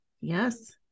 yes